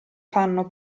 fanno